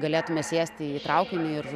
galėtume sėsti į traukinį ir